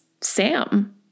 Sam